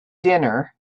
dinner